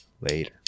Later